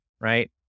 right